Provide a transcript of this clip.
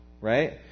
Right